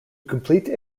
complete